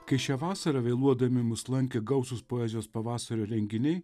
kai šią vasarą vėluodami mus lankė gausūs poezijos pavasario renginiai